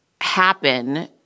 happen –